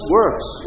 works